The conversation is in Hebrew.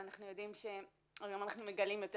ואנחנו יודעים שהיום אנחנו מגלים יותר